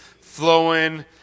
flowing